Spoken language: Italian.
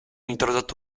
introdotto